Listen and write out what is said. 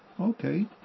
Okay